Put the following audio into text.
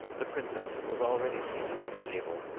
the princess was already seated at the table,